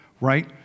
right